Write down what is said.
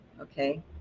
Okay